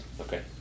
Okay